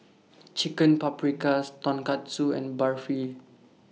Chicken Paprikas Tonkatsu and Barfi